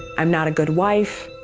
i'm not a good wife.